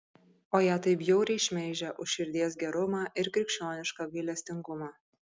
o ją taip bjauriai šmeižia už širdies gerumą ir krikščionišką gailestingumą